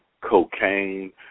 Cocaine